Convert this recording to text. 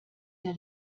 der